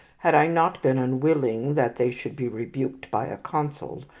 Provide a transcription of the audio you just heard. had i not been unwilling that they should be rebuked by a consul,